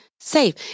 safe